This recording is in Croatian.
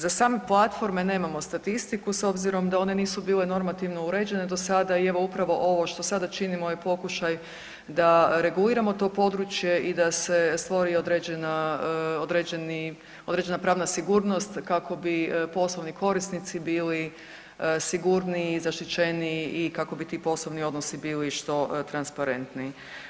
Za same platforme nemamo statistiku s obzirom da one nisu bile normativno uređene do sada i evo upravo ovo što sada činimo je pokušaj da reguliramo to područje i da se stvari određena pravna sigurnost kako bi poslovni korisnici bili sigurniji, zaštićeniji i kako bi ti poslovni odnosi bili što transparentniji.